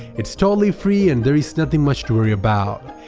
it's totally free and there is nothing much to worry about,